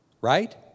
Right